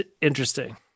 interesting